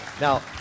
Now